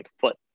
foot